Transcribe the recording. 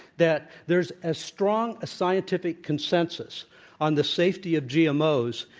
that there's a strong scientific consensus on the safety of gmos,